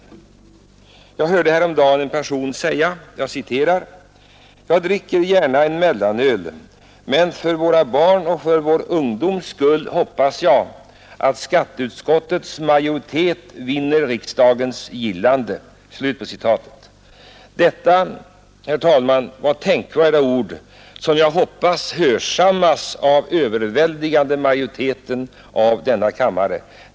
Jag hörde häromdagen en person säga: ”Jag dricker gärna en mellanöl, men för våra barns och för vår ungdoms skull hoppas jag att skatteutskottets majoritet vinner riksdagens gillande.” Detta var tänkvärda ord som jag hoppas skall hörsammas av en överväldigande majoritet av denna kammare.